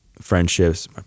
friendships